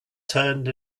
turned